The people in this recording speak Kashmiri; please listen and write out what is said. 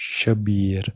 شبیٖر